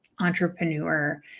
Entrepreneur